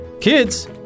Kids